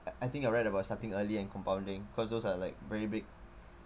I think I read about starting early and compounding because those are like very big